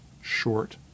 short